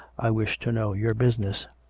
i wish to know your business.